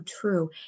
true